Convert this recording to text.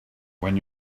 when